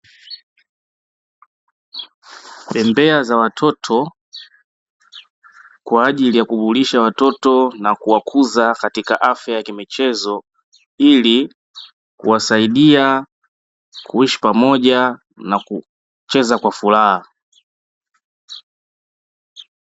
Bembea za watoto kwa ajili ya kuburudisha watoto na kuwakuza katika afya ya kimichezo, ili kuwasaidia kuishi pamoja na kucheza kwa furaha.